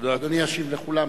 אדוני ישיב לכולם.